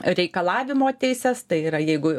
reikalavimo teises tai yra jeigu